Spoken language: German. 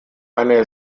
eine